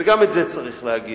וגם את זה צריך להגיד: